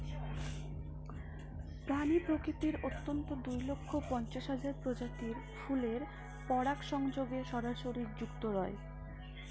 প্রাণী প্রকৃতির অন্ততঃ দুই লক্ষ পঞ্চাশ হাজার প্রজাতির ফুলের পরাগসংযোগে সরাসরি যুক্ত রয়